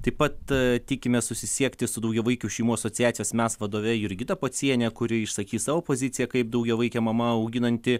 taip pat tikimės susisiekti su daugiavaikių šeimų asociacijos mes vadove jurgita pociene kuri išsakys savo poziciją kaip daugiavaikė mama auginanti